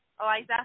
Eliza